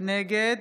נגד